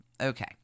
Okay